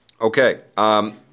Okay